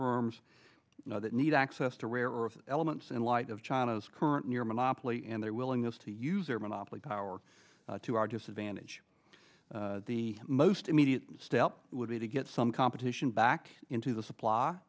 firms that need access to rare earth elements in light of china's current near monopoly and their willingness to use their monopoly power to our disadvantage the most immediate step would be to get some competition back into the supply